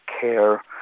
care